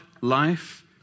life